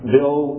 Bill